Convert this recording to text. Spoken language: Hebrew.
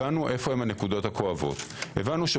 הבנו איפה הנקודות הכואבות.